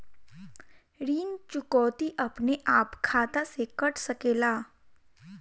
ऋण चुकौती अपने आप खाता से कट सकेला?